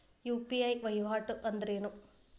UPI ವಹಿವಾಟ್ ಅಂದ್ರೇನು?